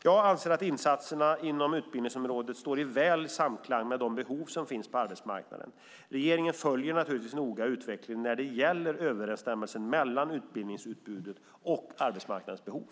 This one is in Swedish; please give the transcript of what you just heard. Jag anser att insatserna inom utbildningsområdet står väl i samklang med de behov som finns på arbetsmarknaden. Regeringen följer naturligtvis noga utvecklingen när det gäller överensstämmelsen mellan utbildningsutbudet och arbetsmarknadens behov.